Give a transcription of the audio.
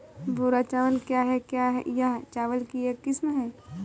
भूरा चावल क्या है? क्या यह चावल की एक किस्म है?